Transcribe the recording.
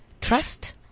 trust